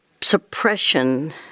suppression